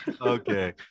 okay